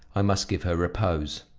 i must give her repose.